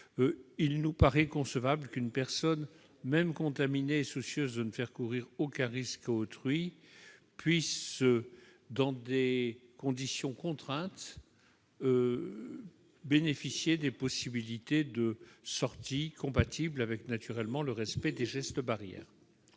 Il nous paraît concevable qu'une personne, même contaminée et soucieuse de ne faire courir aucun risque à autrui, puisse, dans des conditions contraintes, bénéficier de possibilités de sortie compatibles avec le respect des gestes barrières.